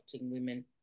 women